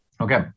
Okay